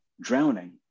drowning